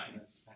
Yes